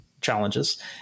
challenges